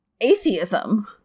atheism